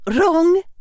wrong